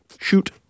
Shoot